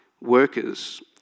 workers